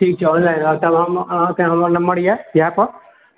ठीक छै ऑनलाइन तब हम अहाँकेँ हमर नम्बर यऽ इएह पर